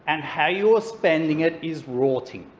and how you are spending it is rorting